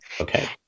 Okay